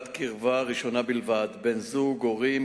לימודים,